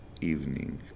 evening